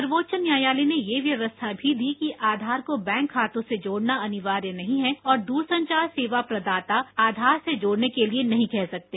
सर्वोच्च न्यायालय ने यह व्यवस्था भी दी कि आधार को बैंक खातों से जोड़ना अनिवार्य नहीं है और दूरसंचार सेवा प्रदाता आधार से जोड़ने के लिए नहीं कह सकते